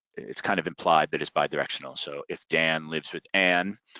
it's kind of implied that it's bi-directional so if dan lives with ann,